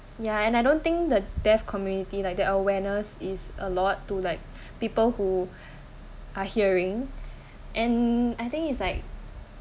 ya and I don't think the deaf community like the awareness is a lot to like people who are hearing and I think it's like